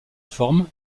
forme